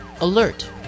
alert